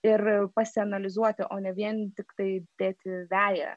ir pasianalizuoti o ne vien tiktai dėti veją